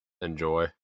enjoy